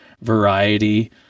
variety